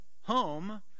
home